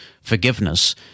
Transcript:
forgiveness